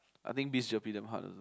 I think biz gerpe damn hard also